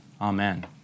Amen